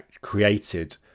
created